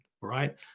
right